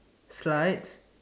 slides